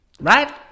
Right